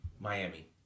Miami